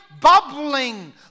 bubbling